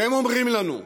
והם אומרים לנו: